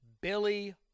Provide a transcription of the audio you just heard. Billy